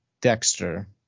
Dexter